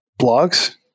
blogs